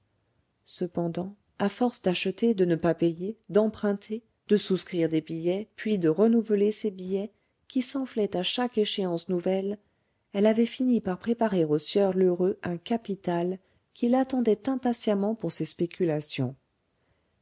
cependant à force d'acheter de ne pas payer d'emprunter de souscrire des billets puis de renouveler ces billets qui s'enflaient à chaque échéance nouvelle elle avait fini par préparer au sieur lheureux un capital qu'il attendait impatiemment pour ses spéculations